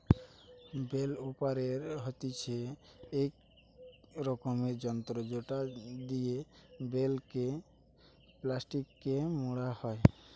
bell ওরাপের হতিছে ইক রকমের যন্ত্র জেটো দিয়া বেল কে প্লাস্টিকে মোড়া হই